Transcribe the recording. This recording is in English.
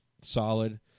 solid